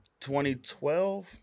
2012